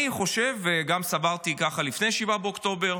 אני חושב, וסברתי כך גם לפני 7 באוקטובר,